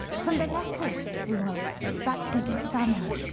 from the letters he wrote back to his family.